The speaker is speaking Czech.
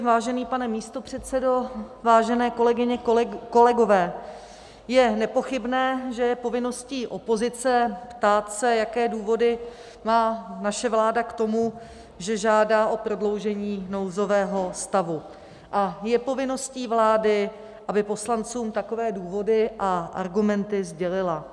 Vážený pane místopředsedo, vážené kolegyně, kolegové, je nepochybné, že je povinností opozice se ptát, jaké důvody má naše vláda k tomu, že žádá o prodloužení nouzového stavu, a je povinností vlády, aby poslancům takové důvody a argumenty sdělila.